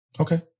Okay